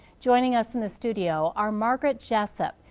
joining us in the studio are margaret jessop,